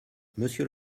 monsieur